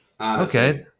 Okay